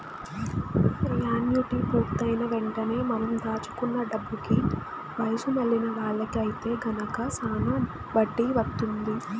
annuity పూర్తయిన వెంటనే మనం దాచుకున్న డబ్బుకి వయసు మళ్ళిన వాళ్ళకి ఐతే గనక శానా వడ్డీ వత్తుంది